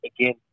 again